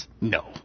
No